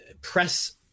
press